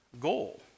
goal